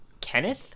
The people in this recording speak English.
Kenneth